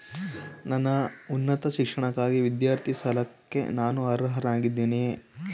ನನ್ನ ಉನ್ನತ ಶಿಕ್ಷಣಕ್ಕಾಗಿ ವಿದ್ಯಾರ್ಥಿ ಸಾಲಕ್ಕೆ ನಾನು ಅರ್ಹನಾಗಿದ್ದೇನೆಯೇ?